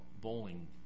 bowling